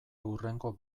hurrengo